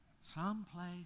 someplace